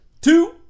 Two